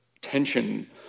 tension